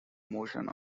motion